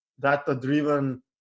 data-driven